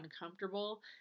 uncomfortable